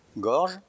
Gorge